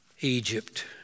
Egypt